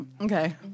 Okay